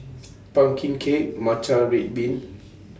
Pumpkin Cake Matcha Red Bean